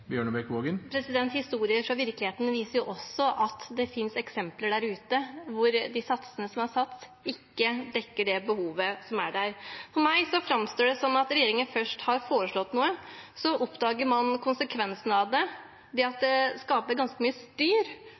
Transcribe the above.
Historier fra virkeligheten viser at det finnes eksempler der ute hvor de satsene som er satt, ikke dekker det behovet som er der. For meg framstår det som at regjeringen først har foreslått noe, og så oppdager man konsekvensene av det, at det skaper ganske mye styr,